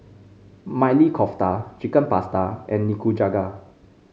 Maili Kofta Chicken Pasta and Nikujaga